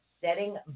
Setting